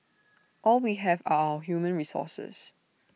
all we have are our human resources